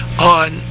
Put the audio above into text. on